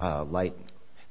light